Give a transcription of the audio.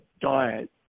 diet